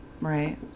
right